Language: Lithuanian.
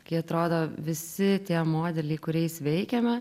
kai atrodo visi tie modeliai kuriais veikiame